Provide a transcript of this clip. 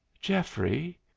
Geoffrey